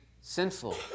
sinful